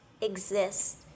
exist